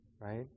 right